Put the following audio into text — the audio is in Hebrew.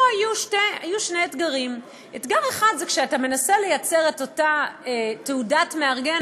פה היו שני אתגרים: אתגר אחד זה שכשאתה מנסה לייצר את אותה תעודת מארגן,